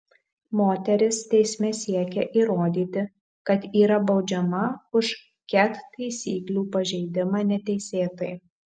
moteris teisme siekia įrodyti kad yra baudžiama už ket taisyklių pažeidimą neteisėtai